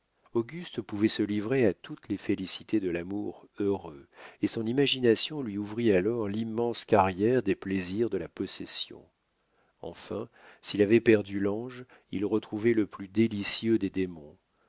auguste pouvait se livrer à toutes les félicités de l'amour heureux et son imagination lui ouvrit alors l'immense carrière des plaisirs de la possession enfin s'il avait perdu l'ange il retrouvait le plus délicieux des démons